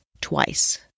twice